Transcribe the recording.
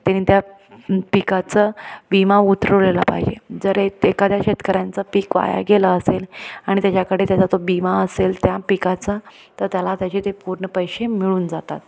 त्याने त्या पिकांचं विमा उतरवलेला पाहिजे जर ए एखाद्या शेतकऱ्यांचा पीक वाया गेलं असेल आणि त्याच्याकडे त्याचा तो विमा असेल त्या पिकाचा तर त्याला त्याचे ते पूर्ण पैसे मिळून जातात